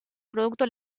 producto